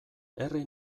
herri